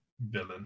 Villain